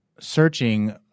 Searching